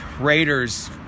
Raiders